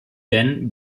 dan